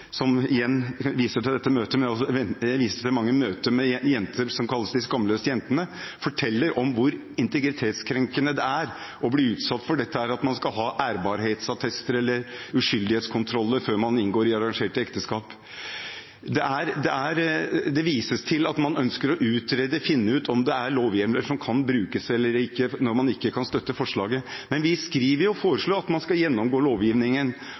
for. Igjen viser jeg til dette møtet, og jeg kan vise til mange møter med «de skamløse jentene», som forteller om hvor integritetskrenkende det er å bli utsatt for at man skal ha ærbarhetsattester eller uskyldighetskontroller før man inngår i arrangerte ekteskap. Det vises til at man ønsker å utrede, finne ut om det er lovhjemler som kan brukes eller ikke når man sier at man ikke kan støtte forslaget, men vi foreslår jo at man skal «gjennomgå lovgivningen»